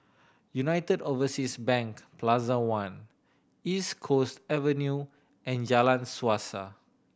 United Overseas Bank Plaza One East Coast Avenue and Jalan Suasa